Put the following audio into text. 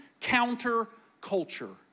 counterculture